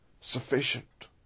sufficient